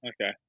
Okay